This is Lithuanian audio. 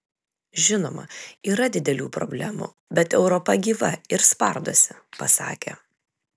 žinoma yra didelių problemų bet europa gyva ir spardosi pasakė